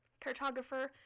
cartographer